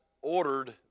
ordered